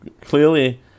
clearly